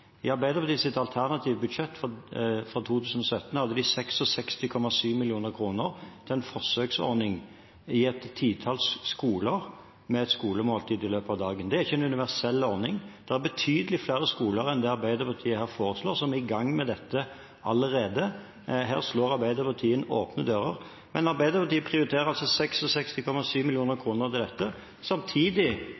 I Arbeiderpartiets alternative budsjett for 2017 hadde de 66,7 mill. kr til en forsøksordning i et titall skoler med et skolemåltid i løpet av dagen. Det er ikke en universell ordning. Det er betydelig flere skoler enn det Arbeiderpartiet her foreslår, som er i gang med dette allerede. Her slår Arbeiderpartiet inn åpne dører. Arbeiderpartiet prioriterer altså 66,7 mill. kr til dette samtidig som de har stemt for om lag 12 mrd. kr